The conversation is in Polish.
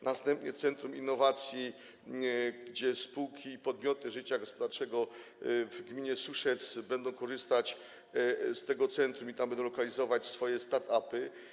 Następna inwestycja to centrum innowacji: spółki i podmioty życia gospodarczego w gminie Suszec będą korzystać z tego centrum i tam będą lokalizować swoje start-upy.